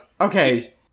Okay